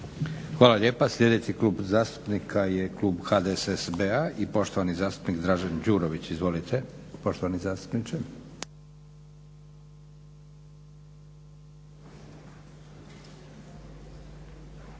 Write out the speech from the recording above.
Hvala lijepa. Sljedeći Klub zastupnika je klub HDSSB-a i poštovani zastupnik Dražen Đurović. Izvolite poštovani zastupniče.